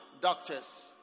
doctors